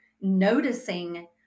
noticing